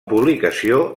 publicació